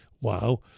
Wow